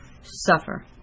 suffer